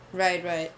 right right